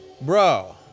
Bro